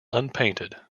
unpainted